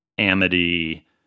Amity